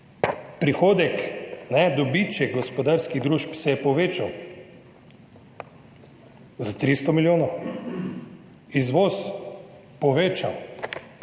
prihodek, dobiček gospodarskih družb se je povečal za 300 milijonov, izvoz se je povečal.